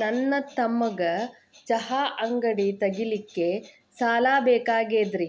ನನ್ನ ತಮ್ಮಗ ಚಹಾ ಅಂಗಡಿ ತಗಿಲಿಕ್ಕೆ ಸಾಲ ಬೇಕಾಗೆದ್ರಿ